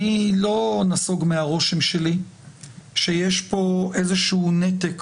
אני לא נסוג מהרושם שלי שיש פה איזשהו נתק